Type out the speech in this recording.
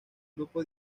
grupo